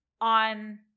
on